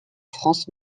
france